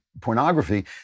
pornography